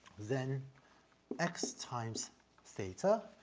then x times theta,